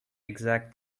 exact